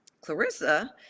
Clarissa